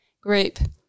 group